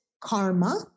karma